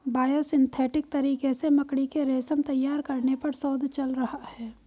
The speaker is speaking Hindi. बायोसिंथेटिक तरीके से मकड़ी के रेशम तैयार करने पर शोध चल रहा है